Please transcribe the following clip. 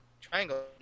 triangle